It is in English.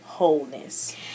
wholeness